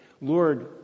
Lord